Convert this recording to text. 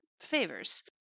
favors